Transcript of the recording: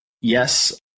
yes